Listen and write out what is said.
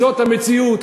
זאת המציאות.